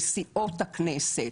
לסיעות הכנסת,